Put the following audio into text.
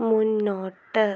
മുന്നോട്ട്